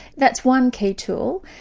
that's one key tool.